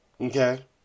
Okay